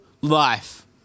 life